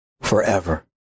forever